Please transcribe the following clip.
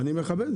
גפני.